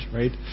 right